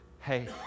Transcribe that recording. Hey